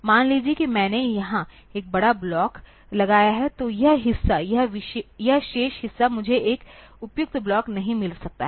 मान लीजिए कि मैंने यहां एक बड़ा ब्लॉक लगाया है तो यह हिस्सा यह शेष हिस्सा मुझे एक उपयुक्त ब्लॉक नहीं मिल सकता है